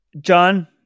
John